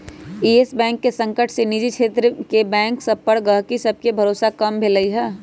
इयस bank के संकट से निजी क्षेत्र के बैंक सभ पर गहकी सभके भरोसा कम भेलइ ह